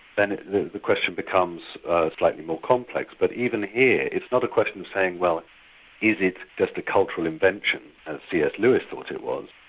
then the the question becomes slightly more complex. but even here, it's not a question of saying well is it just a cultural invention as cs lewis thought it was,